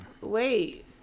Wait